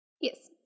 Yes